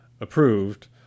approved